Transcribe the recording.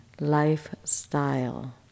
lifestyle